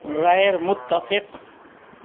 غیرمتفق